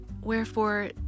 Wherefore